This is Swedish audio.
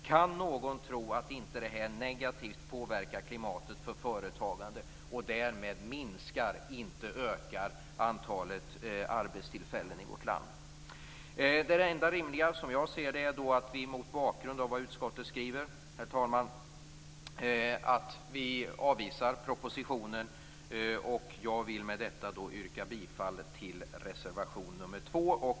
Kan någon tro att det inte negativt påverkar klimatet för företagandet och därmed minskar, inte ökar, antalet arbetstillfällen i vårt land? Det enda rimliga som jag ser det, herr talman, är att vi mot bakgrund av vad utskottet skriver avvisar propositionen. Jag vill med detta yrka bifall till reservation nr 2.